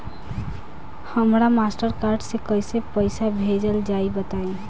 हमरा Mastercard से कइसे पईसा भेजल जाई बताई?